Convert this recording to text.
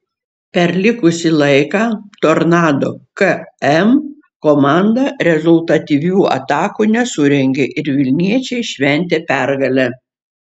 per likusį laiką tornado km komanda rezultatyvių atakų nesurengė ir vilniečiai šventė pergalę